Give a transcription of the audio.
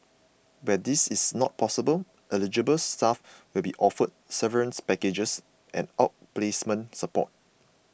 where this is not possible eligible staff will be offered severance packages and outplacement support